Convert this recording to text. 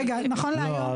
לא,